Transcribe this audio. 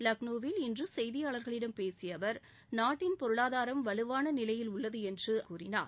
லக்ளோவில் இன்று செய்தியாளா்களிடம் பேசிய அவா் நாட்டின் பொருளாதாரம் வலுவான நிலையில் உள்ளது என்று அமைச்சர் கூறினார்